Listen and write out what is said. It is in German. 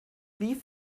wie